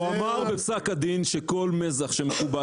הוא אמר בפסק הדין שכל מזח שמחובר